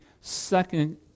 second